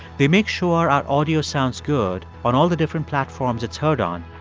they make sure our audio sounds good on all the different platforms it's heard on,